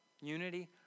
unity